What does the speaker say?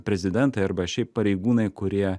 prezidentai arba šiaip pareigūnai kurie